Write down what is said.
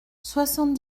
soixante